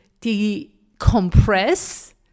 decompress